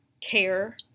care